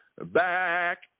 Back